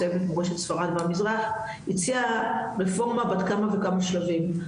צוות ראשת ספרד והמזרח הציע רפורמה בת כמה וכמה שלבים,